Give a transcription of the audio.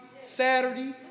Saturday